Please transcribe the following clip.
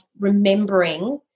remembering